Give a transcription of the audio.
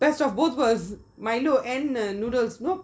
best of both worlds milo and uh noodles nope